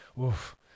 Oof